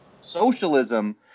socialism